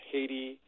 Haiti